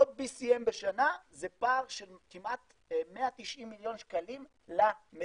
עוד BCM בשנה זה פער של כמעט 190 מיליון שקל למדינה,